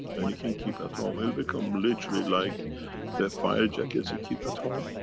and you can keep at home. it'll become literally like the fire jackets you keep at home,